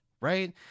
right